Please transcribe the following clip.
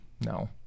No